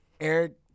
Eric